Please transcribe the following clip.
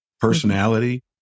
personality